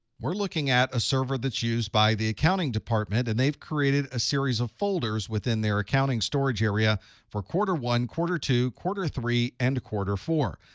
we're looking at a server that's used by the accounting department. and they've created a series of folders within their accounting storage area for quarter one, quarter two, quarter three, and quarter four.